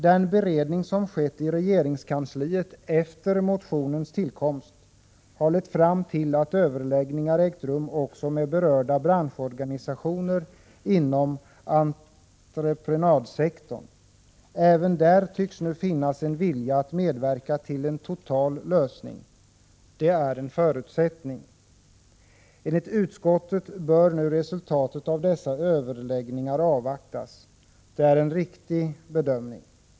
Den beredning som skett i regeringskansliet efter motionens tillkomst har lett fram till att överläggningar ägt rum också med berörda branschorganisationer inom entreprenadsektorn. Även där tycks det nu finnas en vilja att medverka till en total lösning. Det är en förutsättning. Enligt utskottet bör nu resultatet av dessa överläggningar avvaktas. Det är en riktig bedömning.